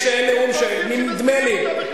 שאדם הוא חף מפשע עד שהוכחה אשמתו בבית-משפט,